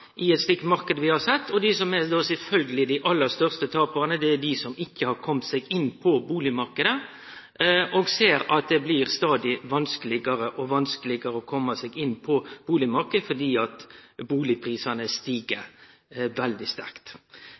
i ein slik marknad vi har sett. Dei som er dei største taparane, er sjølvsagt dei som ikkje har komme seg inn på bustadmarknaden, og som ser at det stadig blir vanskelegare å komme seg inn på bustadmarknaden fordi bustadprisane stig veldig sterkt.